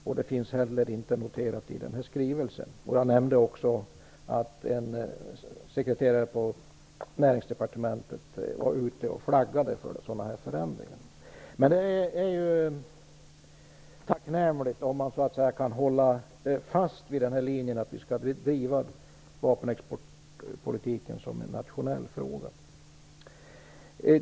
Det finns inte heller noterat i den här skrivelsen. Han nämnde också att en sekreterare på Näringsdepartementet flaggat för sådana här förändringar. Det är tacknämligt om man kan hålla fast vid linjen att vi skall bedriva vapenexportpolitiken som en nationell fråga.